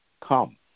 come